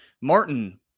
Martin